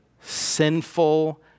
sinful